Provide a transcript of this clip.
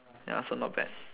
ya so not bad